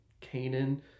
Canaan